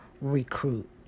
recruit